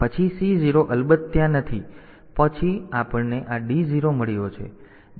તેથી પછી C0 અલબત્ત ત્યાં નથી પછી આપણને આ D0 મળ્યો છે